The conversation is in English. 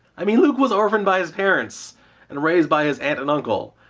i mean, luke was orphaned by his parents and raised by his aunt and uncle.